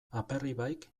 aperribaik